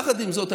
יחד עם זאת,